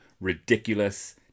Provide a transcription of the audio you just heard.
ridiculous